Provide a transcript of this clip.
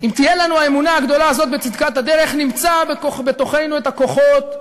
אם תהיה לנו האמונה הגדולה הזאת בצדקת הדרך נמצא בתוכנו את הכוחות,